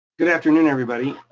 good afternoon everybody.